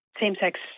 same-sex